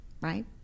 right